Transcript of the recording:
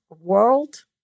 World